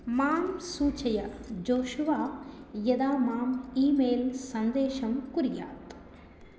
मां सूचय जोषुवा यदा माम् ई मेल् सन्देशं कुर्यात्